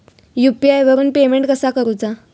UPI वरून payment कसा करूचा?